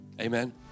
amen